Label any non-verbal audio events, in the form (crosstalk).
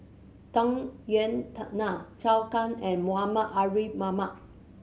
Tung Yue (unintelligible) Nang Zhou Can and Muhammad Ariff Ahmad